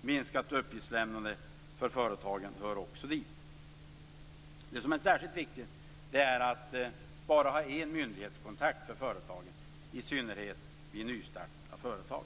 Minskat uppgiftslämnande för företagen hör också dit. Det som är särskilt viktigt är att företagen har enbart en myndighetskontakt, i synnerhet vid nystart av företag.